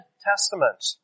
Testament